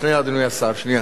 שנייה, אדוני השר, שנייה.